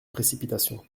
précipitation